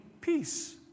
peace